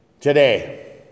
today